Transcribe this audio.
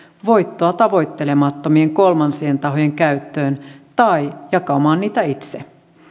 voittoa tavoittelemattomien kolmansien tahojen käyttöön tai jakamaan niitä itse